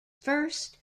first